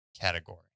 category